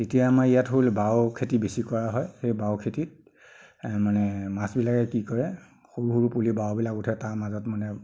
তেতিয়া আমাৰ ইয়াত হ'ল বাও খেতি বেছি কৰা হয় সেই বাও খেতিত মানে মাছবিলাকে কি কৰে সৰু সৰু পুলি বাওবিলাক উঠে তাৰ মাজত মানে